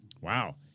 Wow